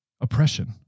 oppression